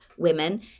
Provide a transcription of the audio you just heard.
women